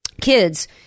kids